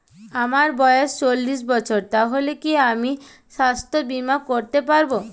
আমার বয়স চল্লিশ বছর তাহলে কি আমি সাস্থ্য বীমা করতে পারবো?